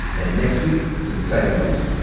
and next week, some exciting news.